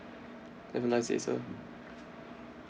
have a nice day sir